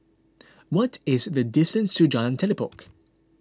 what is the distance to Jalan Telipok